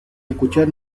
escuchar